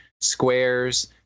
squares